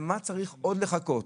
למה צריך עוד לחכות?